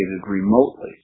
remotely